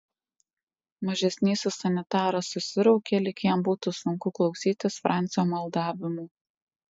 mažesnysis sanitaras susiraukė lyg jam būtų sunku klausytis francio maldavimų